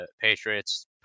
Patriots